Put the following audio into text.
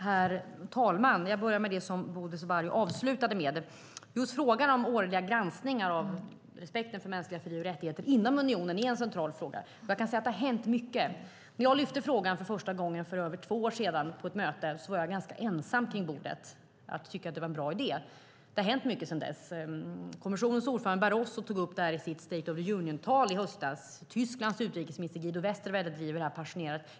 Herr talman! Jag börjar med det Bodil Ceballos avslutade med. Just frågan om årliga granskningar av uppföljningen av respekten för mänskliga fri och rättigheter inom unionen är en central fråga. Jag kan säga att det har hänt mycket. När jag lyfte upp frågan första gången för över två år sedan på ett möte var jag ensam runt bordet om att tycka att det var en bra idé. Det har hänt mycket sedan dess. Kommissionens ordförande Barroso tog upp frågan i sitt State of the Union-tal i höstas. Tysklands utrikesminister Guido Westerwelle driver frågan passionerat.